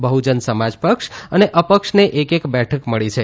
બહજન સમાજ પક્ષ અને અપક્ષને એક એક બેઠક મળી છે